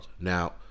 Now